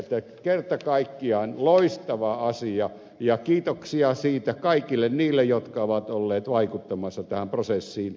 elikkä kerta kaikkiaan loistava asia ja kiitoksia siitä kaikille niille jotka ovat olleet vaikuttamassa tähän prosessiin